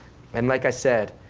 and like i said,